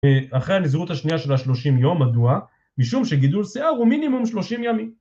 אחרי הנזירות השנייה של השלושים יום מדוע משום שגידול שיער הוא מינימום שלושים ימים